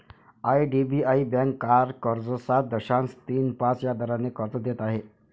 IDBI bank car कर्ज सात दशांश तीन पाच या दराने कर्ज देत आहे